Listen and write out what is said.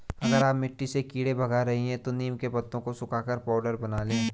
अगर आप मिट्टी से कीड़े भगा रही हैं तो नीम के पत्तों को सुखाकर पाउडर बना लें